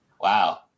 Wow